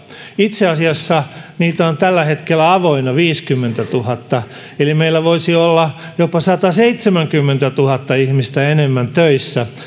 itse asiassa niitä on tällä hetkellä avoinna viisikymmentätuhatta eli meillä voisi olla jopa sataseitsemänkymmentätuhatta ihmistä enemmän töissä